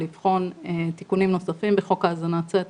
לבחון תיקונים נוספים בחוק האזנת סתר.